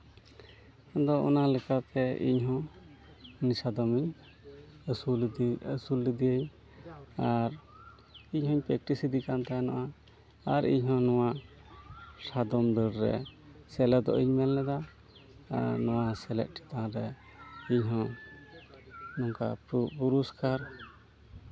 ᱟᱫᱚ ᱚᱱᱟ ᱞᱮᱠᱟᱛᱮ ᱤᱧᱦᱚᱸ ᱩᱱᱤ ᱥᱟᱫᱚᱢ ᱤᱧ ᱟᱹᱥᱩᱞ ᱞᱮᱫᱮ ᱟᱹᱥᱩᱞ ᱞᱮᱫᱮ ᱟᱨ ᱤᱧ ᱦᱚᱸᱧ ᱯᱮᱠᱴᱤᱥ ᱮᱫᱮ ᱠᱟᱱ ᱛᱟᱦᱮᱱᱚᱜᱼᱟ ᱟᱨ ᱤᱧᱦᱚᱸ ᱱᱚᱣᱟ ᱥᱟᱫᱚᱢ ᱫᱟᱹᱲ ᱨᱮ ᱥᱮᱞᱮᱫᱚᱜ ᱤᱧ ᱢᱮᱱ ᱞᱮᱫᱟ ᱱᱚᱣᱟ ᱥᱮᱞᱮᱫ ᱪᱮᱛᱟᱱ ᱨᱮ ᱤᱧᱦᱚᱸ ᱱᱚᱝᱠᱟ ᱯᱩᱨᱚᱥᱠᱟᱨ